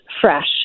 fresh